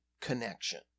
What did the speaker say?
connection